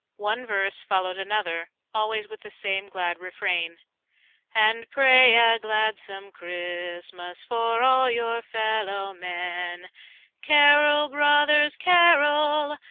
one verse followed another always with the same glad refrain and pray a gladsome christmas for all your fellow-men carol, brothers, carol,